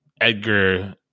edgar